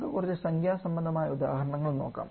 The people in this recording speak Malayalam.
നമുക്ക് കുറച്ച് സംഖ്യാ സംബന്ധമായ ഉദാഹരണങ്ങൾ നോക്കാം